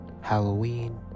Halloween